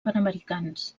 panamericans